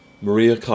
Maria